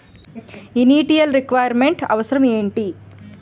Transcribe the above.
Initial requirement అవసరం ఎంటి?